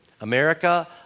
America